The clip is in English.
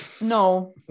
No